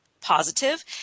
positive